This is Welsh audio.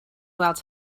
weld